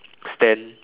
stand